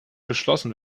beschlossen